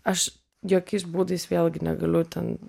aš jokiais būdais vėlgi negaliu ten